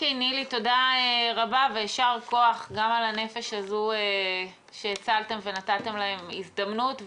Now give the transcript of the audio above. תודה רבה ויישר כוח גם על הנפש הזאת שהצלתם ונתתם הזדמנות.